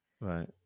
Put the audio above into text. Right